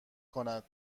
کند